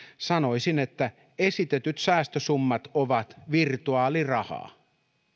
sanoisin että esitetyt säästösummat ovat virtuaalirahaa